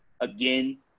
again